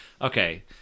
Okay